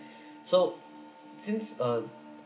so since uh